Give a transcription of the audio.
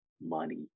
money